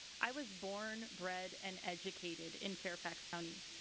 i was born, bred, and educated in fairfax county.